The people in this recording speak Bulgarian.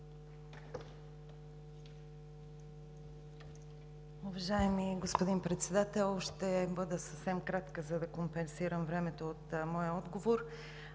Уважаеми господин Председател, ще бъда съвсем кратка, за да компенсирам времето от моя отговор.